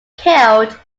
killed